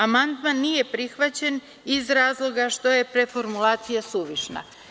Amandman nije prihvaćen iz razloga što je preformulacija suvišna.